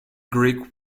greek